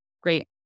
great